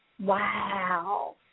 Wow